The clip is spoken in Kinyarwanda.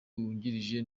wungirije